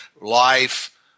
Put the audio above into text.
life